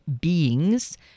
beings